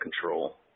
control